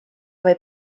või